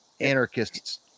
anarchists